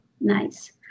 nice